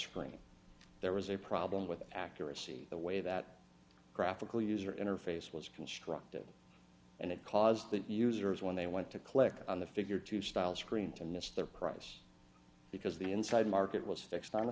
claim there was a problem with accuracy the way that graphical user interface was constructed and it caused the users when they went to click on the figure to style screen and that's their price because the inside market was fixed on a